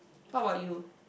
what about you